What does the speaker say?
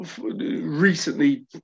recently